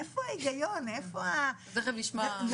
איך גובשה הרשימה הספציפית הזאת?